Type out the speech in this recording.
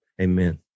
Amen